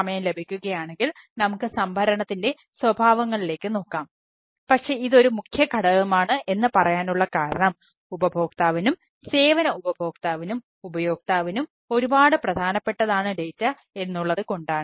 സമയം ലഭിക്കുകയാണെങ്കിൽ നമുക്ക് സംഭരണത്തിൻറെ സ്വഭാവങ്ങളിലേക്ക് നോക്കാം പക്ഷേ ഇതൊരു മുഖ്യ ഘടകമാണ് എന്ന് പറയാനുള്ള കാരണം ഉപഭോക്താവിനും സേവന ഉപഭോക്താവിനും ഉപയോക്താവിനും ഒരുപാട് പ്രധാനപ്പെട്ടതാണ് ഡേറ്റ എന്നുള്ളതുകൊണ്ടാണ്